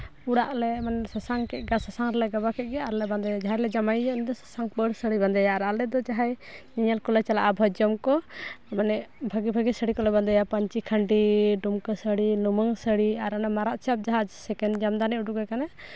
ᱚᱲᱟᱜ ᱨᱮᱞᱮ ᱥᱟᱥᱟᱝ ᱠᱮᱫ ᱜᱮ ᱟᱨ ᱥᱟᱥᱟᱝ ᱨᱮᱞᱮ ᱜᱟᱵᱟᱣ ᱠᱮᱫ ᱜᱮ ᱟᱨᱞᱮ ᱵᱟᱸᱫᱮᱭᱮᱭᱟ ᱟᱨ ᱡᱟᱦᱟᱸᱭ ᱞᱮ ᱡᱟᱶᱟᱭᱮᱭᱟ ᱥᱟᱥᱟᱝ ᱯᱟᱹᱲ ᱥᱟᱹᱲᱤ ᱵᱟᱸᱫᱮᱭᱟ ᱟᱨ ᱟᱞᱮᱫᱚ ᱡᱟᱦᱟᱸᱭ ᱧᱮᱧᱮᱞ ᱠᱚᱞᱮ ᱪᱟᱞᱟᱜᱼᱟ ᱵᱷᱚᱡᱽ ᱡᱚᱢ ᱠᱚ ᱢᱟᱱᱮ ᱵᱷᱟᱹᱜᱤ ᱵᱷᱟᱹᱜᱤ ᱥᱟᱹᱲᱤ ᱠᱚᱞᱮ ᱵᱟᱸᱫᱮᱭᱟ ᱯᱟᱹᱧᱪᱤ ᱠᱷᱟᱹᱰᱤ ᱰᱩᱢᱠᱟᱹ ᱥᱟᱹᱲᱤ ᱞᱩᱢᱟᱹᱝ ᱥᱟᱹᱲᱤ ᱟᱨ ᱢᱟᱨᱟᱜ ᱪᱷᱟᱯ ᱡᱟᱦᱟᱸ ᱥᱮᱠᱮᱱᱰ ᱟᱢᱫᱟᱱᱤ ᱩᱰᱩᱠ ᱟᱠᱟᱱᱟ